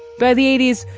by the eighty s,